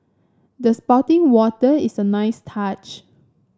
the spouting water is a nice touch